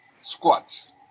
squats